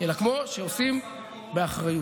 אלא כמו שעושים באחריות.